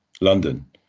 London